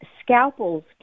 scalpels